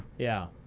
yeah.